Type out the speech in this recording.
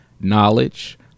knowledge